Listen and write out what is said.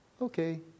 okay